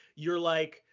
you're like,